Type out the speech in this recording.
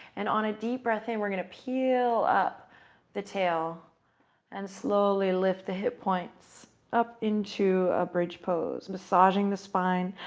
and on a deep breath in, we're going to peel up the tail and slowly lift the hip points up into a bridge pose, massaging the spine.